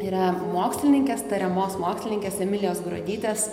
yra mokslininkės tariamos mokslininkės emilijos gruodytės